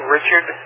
Richard